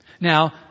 Now